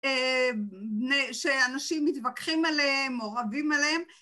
שאנשים מתווכחים עליהם, או רבים עליהם